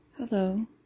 Hello